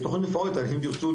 זו תוכנית מפורטת ואם תרצו,